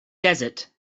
desert